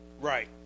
Right